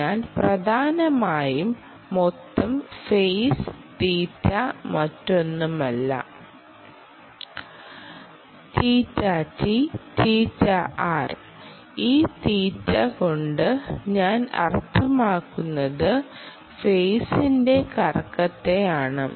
അതിനാൽ പ്രധാനമായും മൊത്തം ഫെയ്സ് തീറ്റ മറ്റൊന്നുമല്ല ഈ തീറ്റ കൊണ്ട് ഞാൻ അർത്ഥമാക്കുന്നത് ഫെയ്സിന്റെ കറക്കത്തെയാണ്